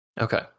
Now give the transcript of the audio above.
okay